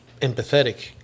empathetic